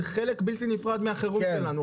זה חלק בלתי נפרד מהחירום שלנו.